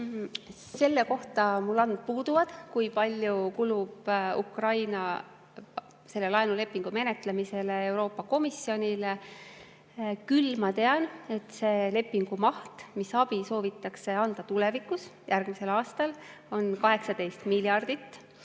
Selle kohta mul andmed puuduvad, kui palju kulub Ukraina laenulepingu menetlemisele Euroopa Komisjonis. Küll ma tean, et selle lepingu maht, millega soovitakse anda tulevikus, järgmisel aastal abi, on 18 miljardit.